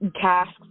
tasks